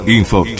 info